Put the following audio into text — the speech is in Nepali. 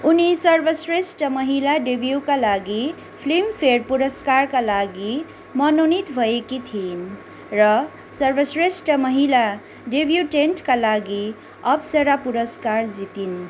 उनी सर्वश्रेष्ठ महिला डेब्यूका लागि फिल्मफेयर पुरस्कारका लागि मनोनीत भएकी थिइन् र सर्वश्रेष्ठ महिला डेब्युटेन्टका लागि अप्सरा पुरस्कार जितिन्